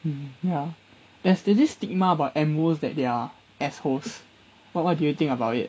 um ya there~ there's this stigma about M_Os that they are assholes what what do you think about it